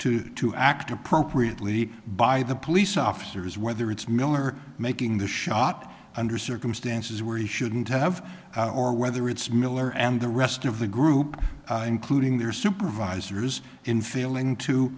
failure to act appropriately by the police officers whether it's miller making the shot under circumstances where he shouldn't have or whether it's miller and the rest of the group including their supervisors in failing